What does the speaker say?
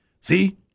See